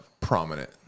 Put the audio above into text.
prominent